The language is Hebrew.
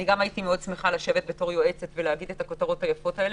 וגם אני הייתי מאוד שמחה לשבת בתור יועצת ולהגיד את הכותרות היפות האלה,